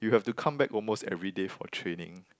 you have to come back almost everyday for training